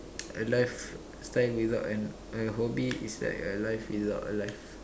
a life spend without an a hobby is like a life without a life